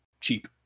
cheap